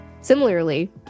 Similarly